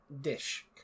Dish